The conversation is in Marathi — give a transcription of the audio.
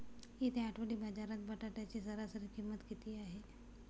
येत्या आठवडी बाजारात बटाट्याची सरासरी किंमत किती आहे?